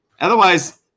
Otherwise